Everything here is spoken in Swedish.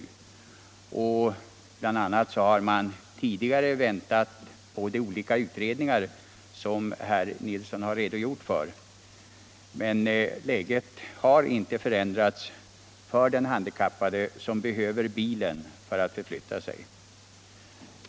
Tidigare har man väntat på de olika utredningar'som herr Nilsson redogjort för. Däremot har inte situationen förändrats för den handikappade som behöver bilen för att kunna förflytta sig.